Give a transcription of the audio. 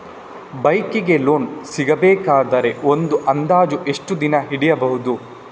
Bike ಗೆ loan ಸಿಗಬೇಕಾದರೆ ಒಂದು ಅಂದಾಜು ಎಷ್ಟು ದಿನ ಹಿಡಿಯಬಹುದು?